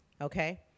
Okay